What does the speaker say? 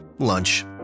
Lunch